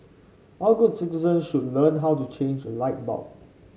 all good citizens should learn how to change a light bulb